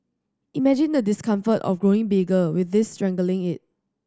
imagine the discomfort of growing bigger with this strangling it